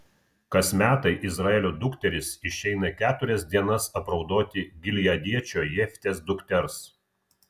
kas metai izraelio dukterys išeina keturias dienas apraudoti gileadiečio jeftės dukters